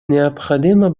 необходимо